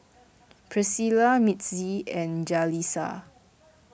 Pricilla Mitzi and Jalisa